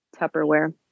Tupperware